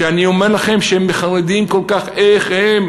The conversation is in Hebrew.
אני אומר לכם שהם חרדים כל כך: איך הם